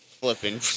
flipping